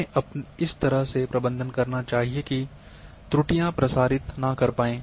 हमें इस तरह से प्रबंध करना चाहिए कि त्रुटियां प्रसारित ना कर पाए